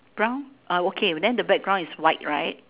brown uh okay then the background is white right